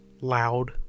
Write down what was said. Loud